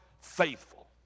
faithful